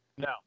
No